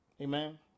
amen